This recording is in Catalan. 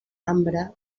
ambre